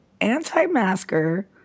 anti-masker